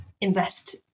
invest